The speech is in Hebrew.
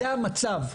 זה המצב.